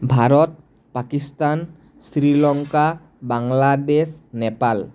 Bharat Pakistan Sri Lanka Bangladesh Nepal